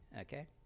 Okay